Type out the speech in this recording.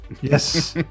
Yes